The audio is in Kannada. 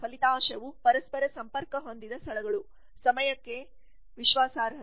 ಫಲಿತಾಂಶವು ಪರಸ್ಪರ ಸಂಪರ್ಕ ಹೊಂದಿದ ಸ್ಥಳಗಳು ಸಮಯಕ್ಕೆ ವಿಶ್ವಾಸಾರ್ಹತೆ